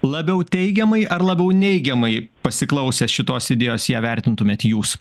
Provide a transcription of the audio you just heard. labiau teigiamai ar labiau neigiamai pasiklausęs šitos idėjos ją vertintumėt jūs